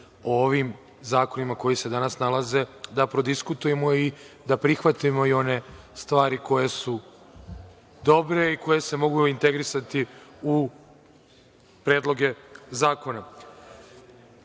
o ovim zakonima koji se danas nalaze, da prodiskutujemo i da prihvatimo i one stvari koje su dobre i koje se mogu integrisati u predloge zakona. Malopre